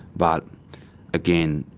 but again,